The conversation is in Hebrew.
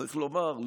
צריך לומר,